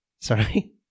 Sorry